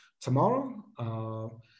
tomorrow